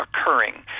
occurring